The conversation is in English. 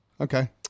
Okay